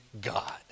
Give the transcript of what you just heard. God